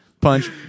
punch